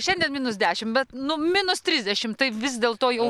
šiandien minus dešim bet nu minus trisdešim tai vis dėlto jau